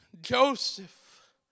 Joseph